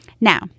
Now